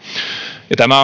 tämä